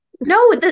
No